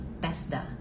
TESDA